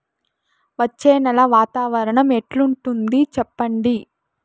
వచ్చే నెల వాతావరణం ఎట్లుంటుంది చెప్పండి?